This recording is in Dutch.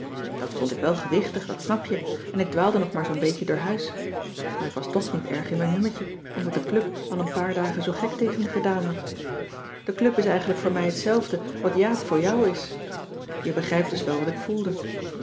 dat vond ik wel gewichtig dat snap je en ik dwaalde nog maar zoo'n beetje door huis maar ik was toch niet erg in mijn hummetje omdat de club al een paar dagen zoo gek tegen me gedaan had de club is eigenlijk voor mij hetzelfde wat jaap voor jou is je begrijpt dus wel wat ik voelde